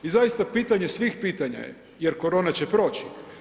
I zaista pitanje svih pitanja je jer korona će proći.